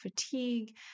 fatigue